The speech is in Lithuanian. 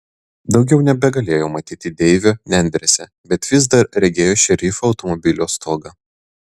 daugiau nebegalėjo matyti deivio nendrėse bet vis dar regėjo šerifo automobilio stogą